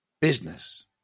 business